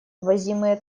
ввозимые